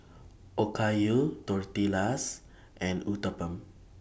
Okayu Tortillas and Uthapam